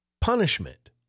punishment